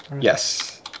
Yes